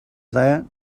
that